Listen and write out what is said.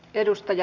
kiitos